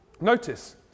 Notice